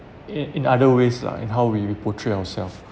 in in other ways lah and how we portray ourselves